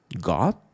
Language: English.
God